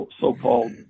so-called